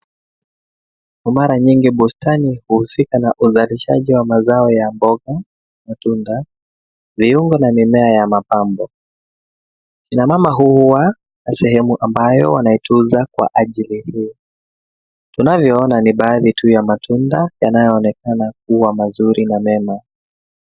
Kwa mara nyingi bustani huhusika na uzalishaji wa mazao ya mboga, matunda, viungo na mimea ya mapambo. Kina mama huwa na sehemu ambayo wanaitunza kwa ajili hiyo. Tunavyoona ni baadhi tu ya matunda yanayoonekana kuwa mazuri na mema.